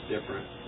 different